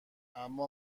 اما